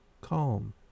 Calm